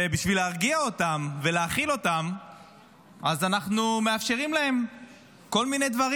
בשביל להרגיע אותה ולהאכיל אותה אנחנו מאפשרים לה כל מיני דברים.